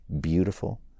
beautiful